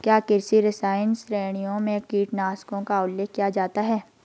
क्या कृषि रसायन श्रेणियों में कीटनाशकों का उल्लेख किया जाता है?